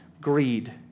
greed